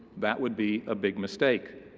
that would be a big mistake.